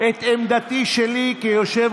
גידופים